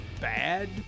bad